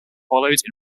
followed